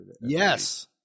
Yes